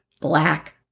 Black